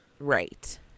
Right